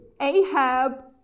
Ahab